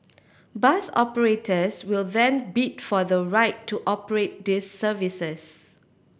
bus operators will then bid for the right to operate these services